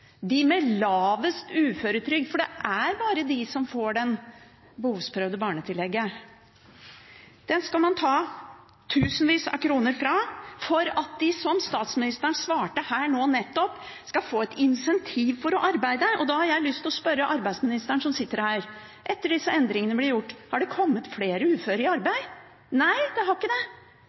de med lavest uføretrygd, det er bare de som får det behovsprøvde barnetillegget. Dem skal man ta tusenvis av kroner fra for at de, som statsministeren svarte nå nettopp, skal få et incentiv til å arbeide. Da har jeg lyst til å spørre arbeidsministeren, som sitter her: Har det kommet flere uføre i arbeid etter at disse endringene ble gjort? Nei, det har ikke det,